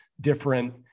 different